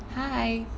hi